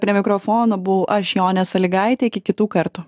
prie mikrofono buvau aš jonė salygaitė iki kitų kartų